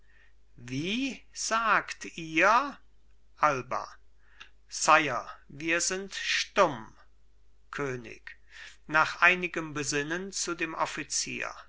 wie sagt ihr alba sire wir sind stumm könig nach einigem besinnen zu dem offizier